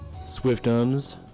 Swiftums